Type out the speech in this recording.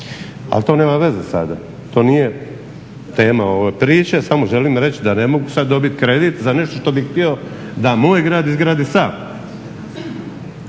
ali to nema veze sada. To nije teme ove priče. Samo želim reći da ne mogu sada dobiti kredit za nešto što bi htio da moj gard izgradi sam.